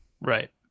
Right